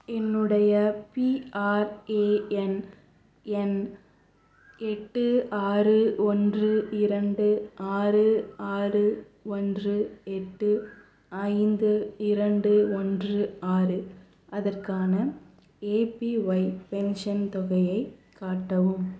என்னுடைய பிஆர்ஏஎன் எண் எட்டு ஆறு ஒன்று இரண்டு ஆறு ஆறு ஒன்று எட்டு ஐந்து இரண்டு ஒன்று ஆறு அதற்கான ஏபிஒய் பென்ஷன் தொகையைக் காட்டவும்